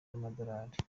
z’amadolari